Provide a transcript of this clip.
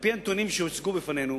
על-פי הנתונים שהוצגו בפנינו